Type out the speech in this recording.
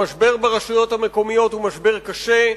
המשבר ברשויות המקומיות הוא משבר קשה.